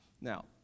Now